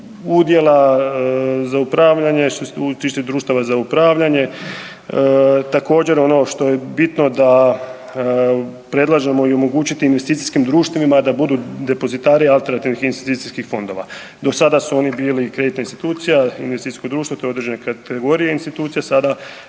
udjela za upravljanje, što se tiče društava za upravljanje također ono što je bitno da predlažemo i omogućiti investicijskim društvima da budu depozitari alternativnih investicijskih fondova. Do sada su oni bili kreditna institucija investicijsko društvo to je određena kategorija institucije